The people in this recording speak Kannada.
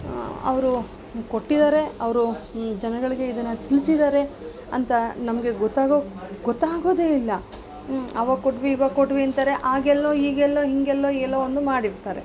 ಅವರು ಕೊಟ್ಟಿದ್ದಾರೆ ಅವರು ಜನಗಳಿಗೆ ಇದನ್ನು ತಿಳಿಸಿದಾರೆ ಅಂತ ನಮಗೆ ಗೊತ್ತಾಗೋ ಗೊತ್ತಾಗೋದೇ ಇಲ್ಲ ಹ್ಞೂ ಆವಾಗ ಕೊಟ್ವಿ ಈವಾಗ ಕೊಟ್ವಿ ಅಂತಾರೆ ಆಗೆಲ್ಲೋ ಈಗೆಲ್ಲೋ ಹೀಗೆಲ್ಲೋ ಎಲ್ಲೊ ಒಂದು ಮಾಡಿರ್ತಾರೆ